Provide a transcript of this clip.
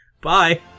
Bye